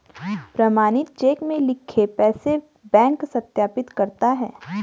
प्रमाणित चेक में लिखे पैसे बैंक सत्यापित करता है